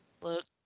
look